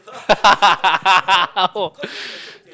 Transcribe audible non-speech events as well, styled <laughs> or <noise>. <laughs> oh